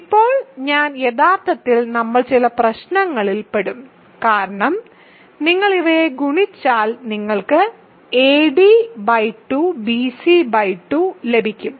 ഇപ്പോൾ ഞാൻ യഥാർത്ഥത്തിൽ നമ്മൾ ചില പ്രശ്നങ്ങളിൽ പെടും കാരണം നിങ്ങൾ ഇവയെ ഗുണിച്ചാൽ നിങ്ങൾക്ക് ad2 bc2 ലഭിക്കും